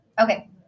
okay